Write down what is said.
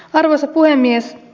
arvoisa puhemies